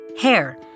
Hair